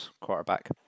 quarterback